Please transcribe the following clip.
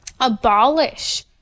abolish